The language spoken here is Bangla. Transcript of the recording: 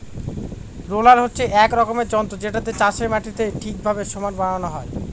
রোলার হচ্ছে এক রকমের যন্ত্র যেটাতে চাষের মাটিকে ঠিকভাবে সমান বানানো হয়